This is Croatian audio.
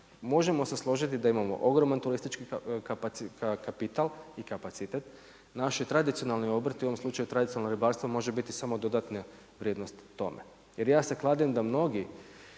možemo se složiti da imamo ogroman turistički kapital i kapacitet. Naši tradicionalni obrti u ovom slučaju tradicionalno ribarstvo može biti samo dodatne vrijednosti tome. Jer ja se kladim da mnogi